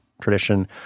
tradition